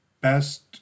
best